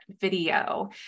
video